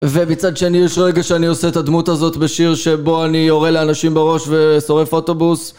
ומצד שני יש רגע שאני עושה את הדמות הזאת בשיר שבו אני יורה לאנשים בראש ושורף אוטובוס